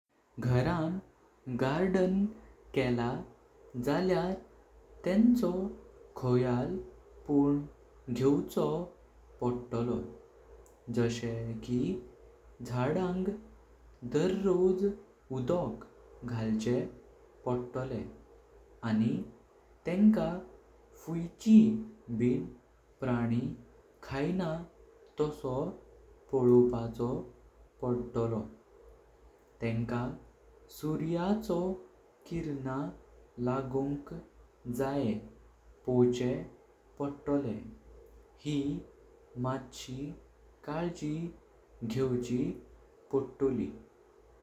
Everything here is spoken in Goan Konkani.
घरान गार्डन केला जाल्यार तेखो खयाल पण घेवचो पडतोलो जशे कि झाडांग दररोज उदोक घालचे पडतोले। आनि तेंका फूइची बिन प्राणी खायना तासो पळोपाचो पडतोलो। तेंका सुर्याचो किरणा लागोंक जायें पोवचे पडतोले ही मैचें कालजी घेवची पडतोली।